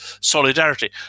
solidarity